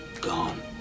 Gone